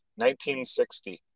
1960